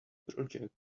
project